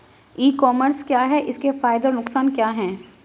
ई commerce क्या है इसके फायदे और नुकसान क्या है?